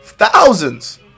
Thousands